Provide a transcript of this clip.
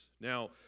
Now